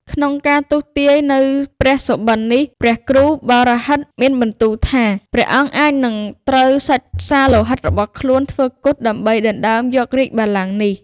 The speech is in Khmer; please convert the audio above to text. ក្នុងការទស្សទាយនូវព្រះសុបិននេះ ព្រះគ្រូបោរាហិត មានបន្ទូលថា ព្រះអង្គអាចនិងត្រូវសាច់សាលោហិតរបស់ខ្លួន ធ្វើគត់ដើម្បីដណ្ដើមយករាជបល្ល័ងនេះ។